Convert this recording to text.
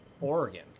Oregon